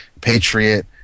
Patriot